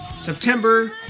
September